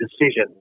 decision